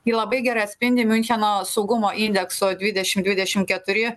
ji labai gerai atspindi miuncheno saugumo indekso dvidešim dvidešimt keturi